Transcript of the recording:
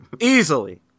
Easily